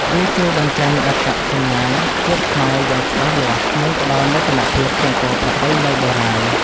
វាជួយបញ្ចេញអត្តសញ្ញាណជាតិខ្មែរយ៉ាងច្បាស់លាស់ និងផ្ដល់មោទនភាពចំពោះប្រពៃណីបុរាណ។